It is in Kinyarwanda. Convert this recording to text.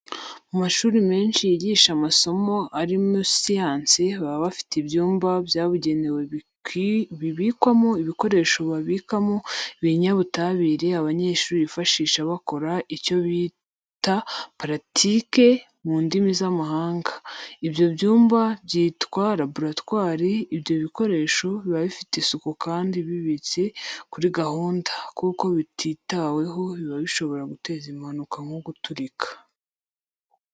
Mu mashuri menshi yigisha amasomo arimo siyanse, baba bafite ibyumba byabugenewe bibikwamo ibikoresho babikamo ibinyabutabire abanyeshuri bifashisha bakora icyo twita " practice" mu ndimi z'amahanga. Ibyo byumba byitwa laboratwari. Ibyo bikoresho biba bifite isuku kandi bibitse kuri gahunda, kuko bititaweho biba bishobora guteza impanuka nko guturika.